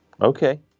Okay